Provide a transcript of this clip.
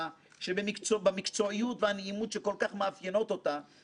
התודה נתונה גם לעורכת הדין אביגל כספי מצוות הייעוץ